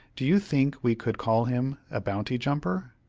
do you think we could call him a bounty-jumper?